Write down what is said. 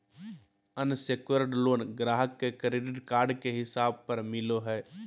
unsecured loan ग्राहक के credit के हिसाब पर मिलो हय